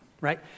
right